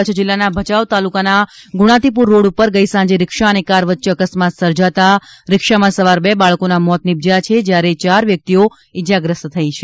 કચ્છ જિલ્લાના ભચાઉ તાલુકાના ગુણાતીપુર રોડ પર ગઈ સાંજે રીક્ષા અને કાર વચ્ચે અકસ્માત સર્જાતા રીક્ષામાં સવાર બે બાળકોના મોત નિપજ્યા છે જ્યારે ચાર વ્યક્તિઓ ઈજાગ્રસ્ત થયા છે